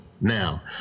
now